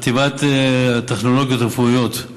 חטיבת טכנולוגיות רפואיות,